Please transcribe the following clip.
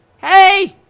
hey!